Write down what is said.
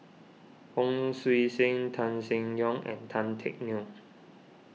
Hon Sui Sen Tan Seng Yong and Tan Teck Neo